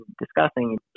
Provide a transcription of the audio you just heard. discussing